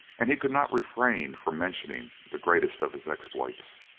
and he could not refrain from mentioning the greatest of his exploits.